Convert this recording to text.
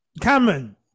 Cameron